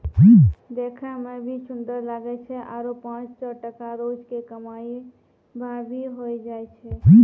देखै मॅ भी सुन्दर लागै छै आरो पांच सौ टका रोज के कमाई भा भी होय जाय छै